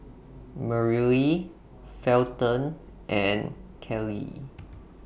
Merrilee Felton and Kellee